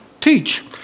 teach